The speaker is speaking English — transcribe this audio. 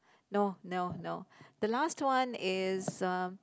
no no no the last one is um